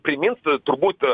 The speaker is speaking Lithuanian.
primins turbūt